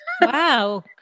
Wow